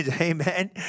amen